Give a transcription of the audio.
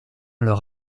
leurs